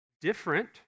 different